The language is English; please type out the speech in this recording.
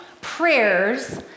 prayers